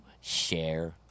share